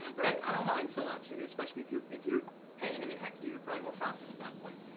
i don't mind so much especially if you're if you're paying. i mean heck, you're you're probably more profitable at that point.